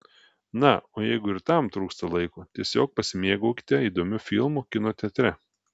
na o jeigu ir tam trūksta laiko tiesiog pasimėgaukite įdomiu filmu kino teatre